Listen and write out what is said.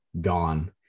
gone